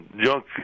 junk